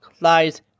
lies